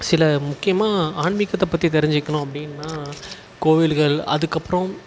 சில முக்கியமாக ஆன்மீகத்தை பற்றி தெரிஞ்சிக்கணும் அப்படின்னா கோவில்கள் அதுக்கப்புறம்